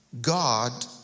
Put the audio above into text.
god